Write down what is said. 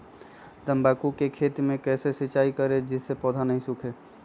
तम्बाकू के खेत मे कैसे सिंचाई करें जिस से पौधा नहीं सूखे?